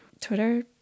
twitter